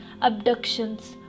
abductions